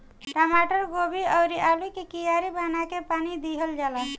टमाटर, गोभी अउरी आलू के कियारी बना के पानी दिहल जाला